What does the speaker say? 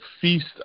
Feast